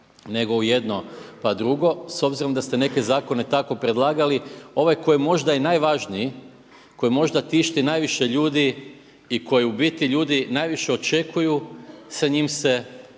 nego u jedno, pa drugo s obzirom da ste neke zakone tako predlagali. Ovaj koji je možda i najvažniji, koji možda tišti najviše ljudi i koji u biti ljudi najviše očekuju sa njim se